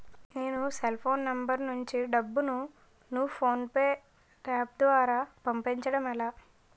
నేను cell phone number నుంచి డబ్బును ను ఫోన్పే అప్ ద్వారా పంపించడం ఎలా?